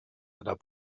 aller